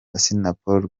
assinapol